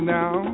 now